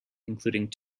including